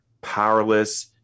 powerless